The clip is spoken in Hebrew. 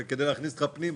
זה כדי להכניס אותך פנימה.